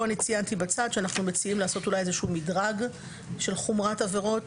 פה ציינתי שאנחנו מציעים לעשות מדרג של חומרת עבירות,